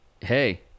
hey